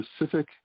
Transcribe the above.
specific